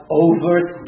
overt